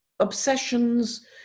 obsessions